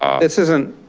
this isn't,